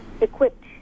equipped